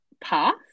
path